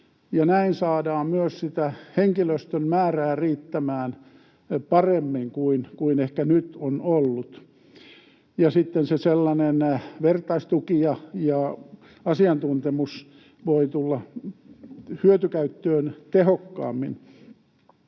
Näin saadaan myös henkilöstön määrä riittämään paremmin kuin ehkä nyt on ollut, ja sitten se sellainen vertaistuki ja asiantuntemus voivat tulla hyötykäyttöön tehokkaammin.